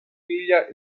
figlia